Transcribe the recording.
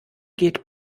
geht